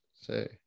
say